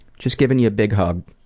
just giving you a big hug,